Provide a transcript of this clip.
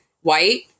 white